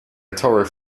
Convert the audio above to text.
ettore